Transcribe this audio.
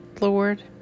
Lord